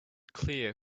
clear